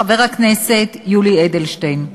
חבר הכנסת יולי אדלשטיין.